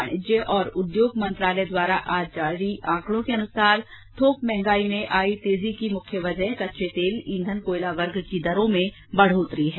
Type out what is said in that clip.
वाणिज्य और उद्योग मंत्रालय द्वारा आज जारी आंकड़ो के अनुसार थेक महंगाई में आयी तेजी की मुख्य वजह कच्चे तेल ईंघन कोयला वर्ग की दरों में बढोतरी है